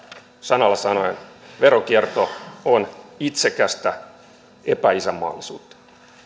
sanalla sanoen veronkierto on itsekästä epäisänmaallisuutta